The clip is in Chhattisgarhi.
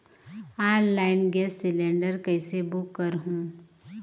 ऑनलाइन गैस सिलेंडर कइसे बुक करहु?